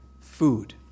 food